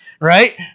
Right